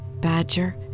badger